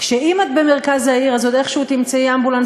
אם את במרכז העיר אז עוד איכשהו תמצאי אמבולנס